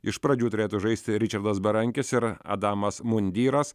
iš pradžių turėtų žaisti ričardas berankis ir adamas mundyras